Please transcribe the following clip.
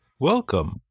Welcome